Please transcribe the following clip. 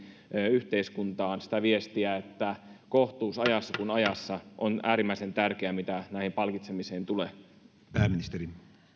yhteiskuntaan sitä viestiä että kohtuus ajassa kuin ajassa on äärimmäisen tärkeää mitä näihin palkitsemisiin tulee